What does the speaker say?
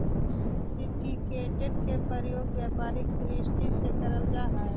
syndicated के प्रयोग व्यापारिक दृष्टि से करल जा हई